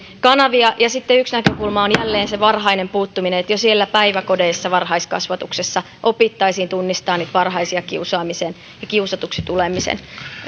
kanavia sitten yksi näkökulma on jälleen se varhainen puuttuminen että jo siellä päiväkodeissa varhaiskasvatuksessa opittaisiin tunnistamaan niitä varhaisia kiusaamisen ja kiusatuksi tulemisen